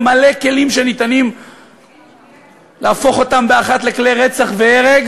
מלא כלים שאפשר להפוך אותם באחת לכלי רצח והרג,